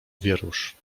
wierusz